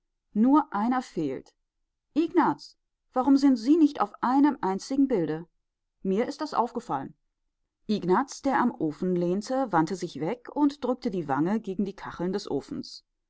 nur einer fehlt ignaz warum sind sie nicht auf einem einzigen bilde mir ist das aufgefallen ignaz der am ofen lehnte wandte sich weg und drückte die wange gegen die kacheln des ofens